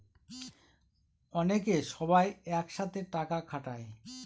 অনেকে সবাই এক সাথে টাকা খাটায়